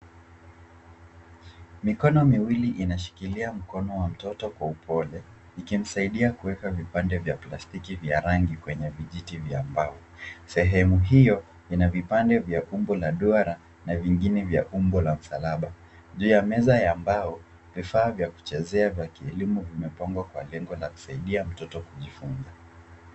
Mikono miwili inashikilia mikono ya mtoto kwa upole ikimsaidia kuweka vipande vya plastiki vya rangi kwenye vijiti vya mbao. Sehemu hiyo ina vipande vya umbo la duara na vingine vya umbo la msalaba. Juu ya meza ya mbao vifaa vya kuchezea vya kielimu vimepangwa kwa lengo la kusaidia mtoto kujifunza.